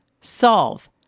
solve